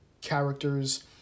characters